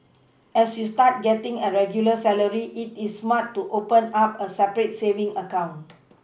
as you start getting a regular salary it is smart to open up a separate savings account